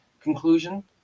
conclusion